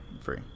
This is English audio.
free